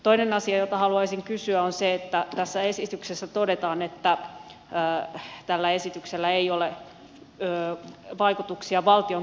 toinen asia jota haluaisin kysyä on se että tässä esityksessä todetaan että tällä esityksellä ei ole vaikutuksia valtiontalouteen